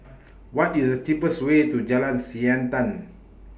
What IS The cheapest Way to Jalan Siantan